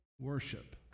worship